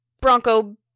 Bronco